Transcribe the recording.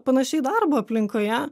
panašiai darbo aplinkoje